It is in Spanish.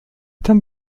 tan